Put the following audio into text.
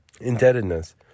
Indebtedness